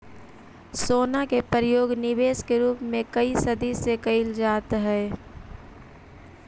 सोना के प्रयोग निवेश के रूप में कए सदी से कईल जाइत हई